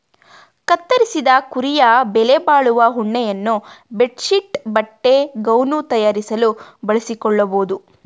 ಕತ್ತರಿಸಿದ ಕುರಿಯ ಬೆಲೆಬಾಳುವ ಉಣ್ಣೆಯನ್ನು ಬೆಡ್ ಶೀಟ್ ಬಟ್ಟೆ ಗೌನ್ ತಯಾರಿಸಲು ಬಳಸಿಕೊಳ್ಳಬೋದು